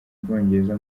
bwongereza